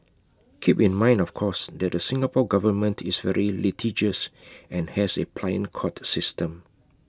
keep in mind of course that the Singapore Government is very litigious and has A pliant court system